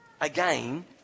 again